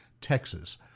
Texas